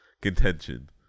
contention